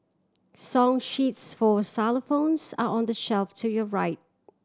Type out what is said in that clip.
song sheets for xylophones are on the shelf to your right